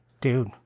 Dude